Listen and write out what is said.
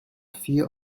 fear